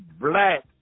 black